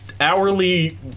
Hourly